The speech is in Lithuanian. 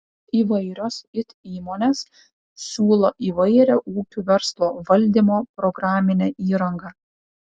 įvairios it įmonės siūlo įvairią ūkių verslo valdymo programinę įrangą